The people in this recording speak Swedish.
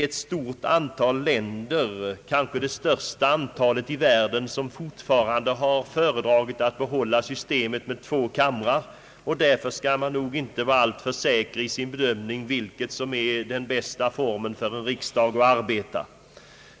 Ett stort antal länder i världen före drar fortfarande att behålla systemet med två kamrar. Därför kan man inte vara alltför säker i sin bedömning om vilken arbetsform som är den bästa.